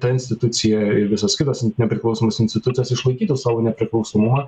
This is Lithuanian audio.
ta institucija ir visos kitos nepriklausomos institucijos išlaikytų savo nepriklausomumą